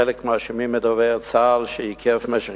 חלק מאשימים את דובר צה"ל שעיכב במשך